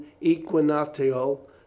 equinoctial